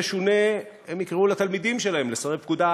תשונה הם יקראו לתלמידים שלהם לסרב פקודה,